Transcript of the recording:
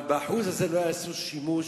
אבל ב-1% הזה לא יעשו שימוש,